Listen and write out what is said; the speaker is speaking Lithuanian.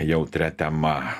jautria tema